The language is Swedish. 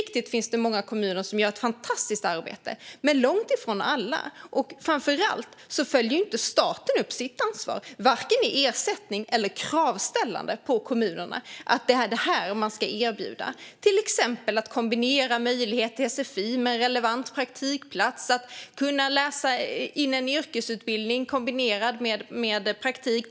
Det finns mycket riktigt många kommuner som gör ett fantastiskt arbete, men långt ifrån alla gör det. Framför allt följer inte heller staten upp sitt ansvar vare sig med ersättning eller med kravställande på kommunerna att det är detta de ska erbjuda. Det kan till exempel handla om att kombinera möjlighet till sfi med en relevant praktikplats och att kunna läsa in en yrkesutbildning kombinerat med praktik.